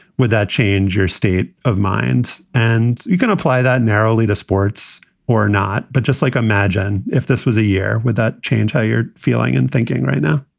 would that change your state of mind? and you can apply that narrowly to sports or not. but just like, imagine if this was a year. would that change how you're feeling and thinking? right now,